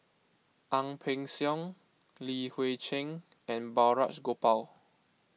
Ang Peng Siong Li Hui Cheng and Balraj Gopal